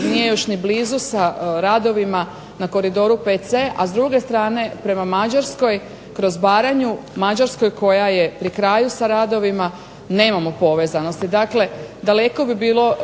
nije još ni blizu sa radovima na Koridoru VC, a s druge strane prema Mađarskoj kroz Baranju, Mađarskoj koja je pri kraju sa radovima nemamo povezanosti. Dakle, daleko bi bilo